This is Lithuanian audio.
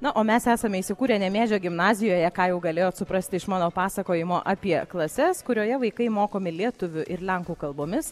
na o mes esame įsikūrę nemėžio gimnazijoje ką jau galėjot suprasti iš mano pasakojimo apie klases kurioje vaikai mokomi lietuvių ir lenkų kalbomis